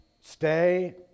Stay